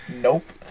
Nope